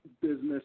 business